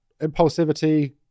impulsivity